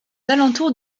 alentours